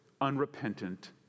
unrepentant